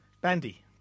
Bandy